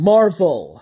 Marvel